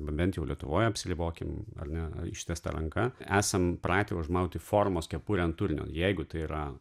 bent jau lietuvoj apsiribokimear ne ištiesta ranka esam pratę užmauti formos kepurę ant turinio jeigu tai yra